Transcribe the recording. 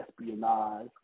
espionage